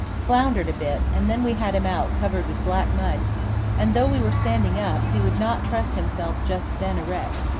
floundered a bit, and then we had him out covered with black mud and though we were standing up, he would not trust himself just then erect,